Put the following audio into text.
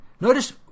notice